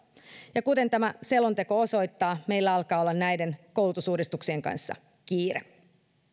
ja kuten tämä selonteko osoittaa meillä alkaa olla näiden koulutusuudistuksien kanssa kiire